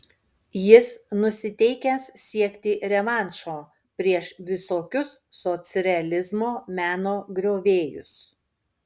jis nusiteikęs siekti revanšo prieš visokius socrealizmo meno griovėjus